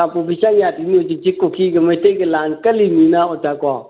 ꯀꯥꯡꯄꯣꯛꯄꯤ ꯆꯪ ꯌꯥꯗ꯭ꯔꯤ ꯍꯧꯖꯤꯛꯁꯦ ꯀꯨꯀꯤꯒ ꯃꯩꯇꯩꯒ ꯂꯥꯜ ꯀꯜꯂꯤꯃꯤꯅ ꯑꯣꯖꯥꯀꯣ